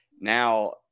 now